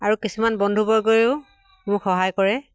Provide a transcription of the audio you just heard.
আৰু কিছুমান বন্ধুবৰ্গেও মোক সহায় কৰে